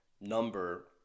number